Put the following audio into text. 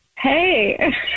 Hey